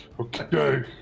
Okay